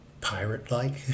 pirate-like